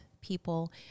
people